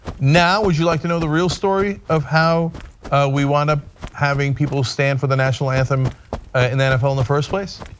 now, would you like to know the real story of how we wound up having people stand for the national anthem in nfl and the first place?